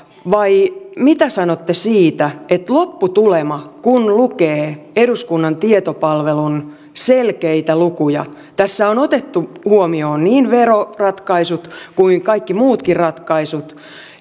vai mitä sanotte siitä että lopputulema kun lukee eduskunnan tietopalvelun selkeitä lukuja tässä on otettu huomioon niin veroratkaisut kuin kaikki muutkin ratkaisut